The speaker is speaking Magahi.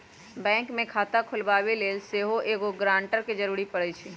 बैंक में खता खोलबाबे लेल सेहो एगो गरानटर के जरूरी होइ छै